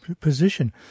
position